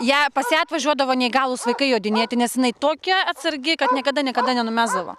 ją pas ją atvažiuodavo neįgalūs vaikai jodinėti nes jinai tokia atsargi kad niekada niekada nenumesdavo